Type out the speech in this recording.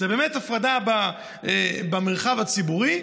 זה באמת הפרדה במרחב הציבורי,